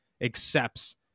accepts